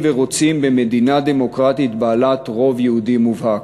ורוצים במדינה דמוקרטית בעלת רוב יהודי מובהק.